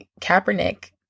Kaepernick